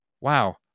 wow